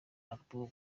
album